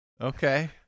Okay